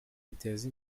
biteza